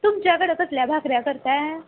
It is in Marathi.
तुमच्याकडं कसल्या भाकऱ्या करताय